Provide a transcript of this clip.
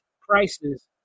prices